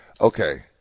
okay